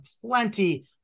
plenty